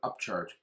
upcharge